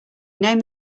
name